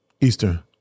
Eastern